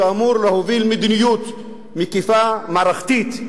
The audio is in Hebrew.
שאמור להוביל מדיניות מקיפה, מערכתית,